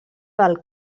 del